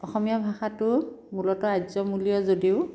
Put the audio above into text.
অসমীয়া ভাষাটো মূলত আৰ্যমূলীয় যদিও